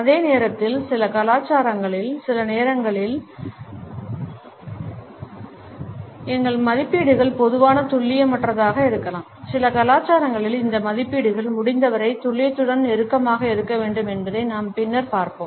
அதே நேரத்தில் சில கலாச்சாரங்களில் சில நேரங்களில் எங்கள் மதிப்பீடுகள் பொதுவாக துல்லியமற்றதாக இருக்கலாம் சில கலாச்சாரங்களில் இந்த மதிப்பீடுகள் முடிந்தவரை துல்லியத்துடன் நெருக்கமாக இருக்க வேண்டும் என்பதை நாம் பின்னர் பார்ப்போம்